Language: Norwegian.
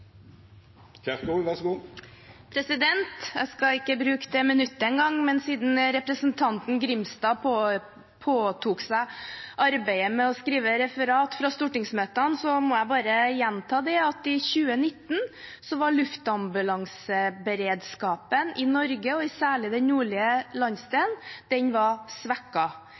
Jeg skal ikke bruke det minuttet engang, men siden representanten Grimstad påtok seg arbeidet med å skrive referat fra stortingsmøtene, må jeg bare gjenta at i 2018 var luftambulanseberedskapen i Norge, særlig i den nordlige landsdelen, svekket. Den var